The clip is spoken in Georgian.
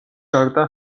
გარდა